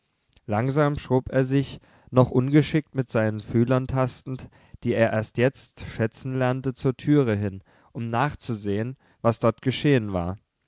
langsam schob er sich noch ungeschickt mit seinen fühlern tastend die er erst jetzt schätzen lernte zur türe hin um nachzusehen was dort geschehen war